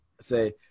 say